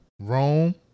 Rome